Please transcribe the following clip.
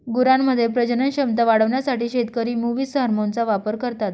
गुरांमध्ये प्रजनन क्षमता वाढवण्यासाठी शेतकरी मुवीस हार्मोनचा वापर करता